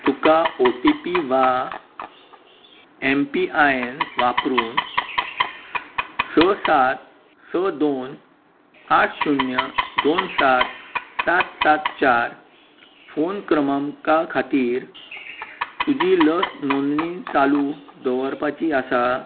तुका O T P वा M P I N वापरून स सात स दोन आठ शुन्य दोन सात सात सात चार फोन क्रमांका खातीर तुजी लस नोंदणी चालू दवरपाची आसा